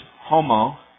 homo